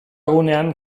gunean